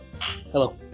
Hello